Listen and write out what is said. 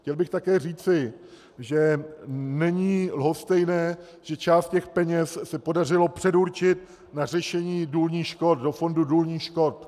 Chtěl bych také říci, že není lhostejné, že část peněz se podařilo předurčit na řešení důlních škod do fondu důlních škod.